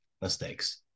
mistakes